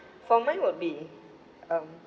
for mine will be um